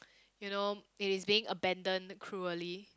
you know it is being abandoned cruelly